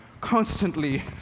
constantly